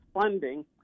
funding